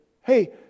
Hey